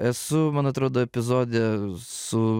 esu man atrodo epizode su